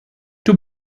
two